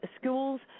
schools